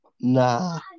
Nah